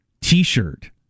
t-shirt